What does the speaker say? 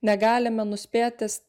negalime nuspėti